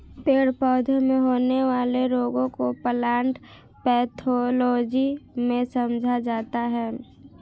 पेड़ पौधों में होने वाले रोगों को प्लांट पैथोलॉजी में समझा जाता है